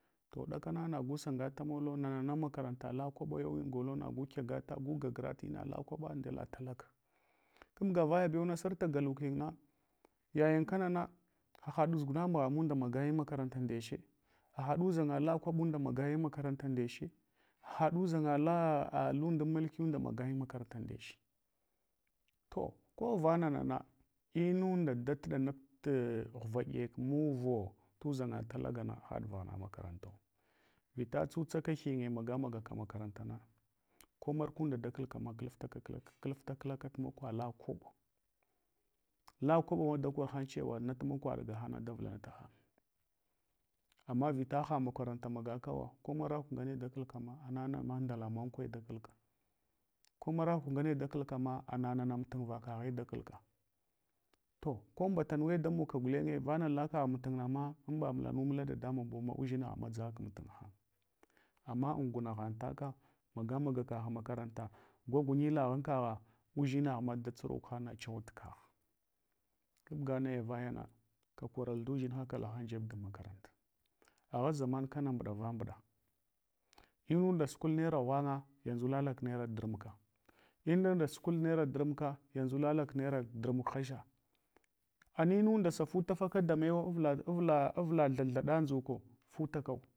To ɗakana nagu sangata molo, nana na makaranta lakwabai golo, naqu kyagata gu gagara tina lakwaba ndina latalaga. Kilga vaya bewna, santa galukin na, yayin kanana haɗ ʒuguna amghamunda magayin makaranta ndeche. Hahaɗ uʒanga lakwaɓu da magayin makaranta ndeche, haɗ uʒang lalundan mulki magayin makarantu neche to ko vananana, inunda da tuɗap ghuvaɗek nuuvo tuʒanga talagana haɗ vaghna makarantau, vita tsutsaka hinye magamagaka makaranta ko markunda da kalkama hafta klaka tmakwala kwaɓo. lakwaɓa dakorhang cehwa nat makwaɗ gasheny na davulnata hanye. Ama vita ha makaranta mohakawa ko maraku ngane dakal kama ana mandala mankwe dakalka. Komarakwngane dakalma ana mtin vakaghe dakalka. To ambata nuwe da mogka gulenye vama lakagh ntinna ma, anba mulanumula dadamun buma uʒinagh ma dʒagha. Kmtinhang. Ama anguna ghang taka magamaga kagh makaranta, gwagunilagh ankagha, udʒinaghma da tsuruk hang chuhuɗa tukagh. Kobga naya vayama ka koral nduʒinta kalhan jeb dan makaranta. Agha zaman kana mbɗav mbɗa. imunda sukul narira ghwanga yanʒu lalak nana durmaka, inunda sukul naira durmuka yanʒu lalale naira durmuk hasha. Aninundasa futafaka da mew avld avld avld thathaɗa nzuko vutak.